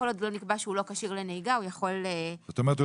כל עוד לא נקבע שהוא לא כשיר לנהיגה הוא יכול ל --- זאת אומרת הוא